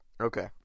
Okay